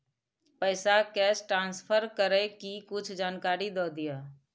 पैसा cash transfer करऐ कि कुछ जानकारी द दिअ